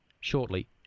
shortly